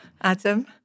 Adam